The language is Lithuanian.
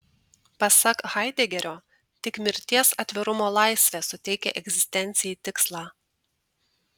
pasak haidegerio tik mirties atvirumo laisvė suteikia egzistencijai tikslą